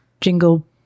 jingle